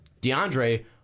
DeAndre